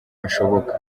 ashoboka